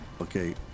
Okay